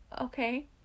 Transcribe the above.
okay